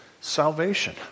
Salvation